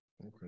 okay